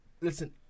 listen